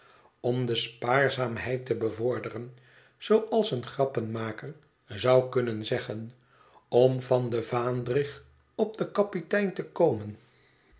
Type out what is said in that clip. om de spaarzaamheid te bevorderen zooals een grappenmaker zou kunnen zeggen om van den vaandrig op den kapitein te komen